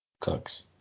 Cooks